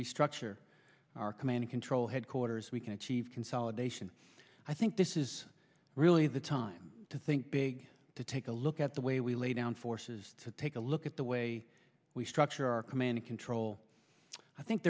restructure our command control headquarters we can achieve consolidation i think this is really the time to think big to take a look at the way we lay down forces to take a look at the way we structure our commanding control i think